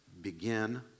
begin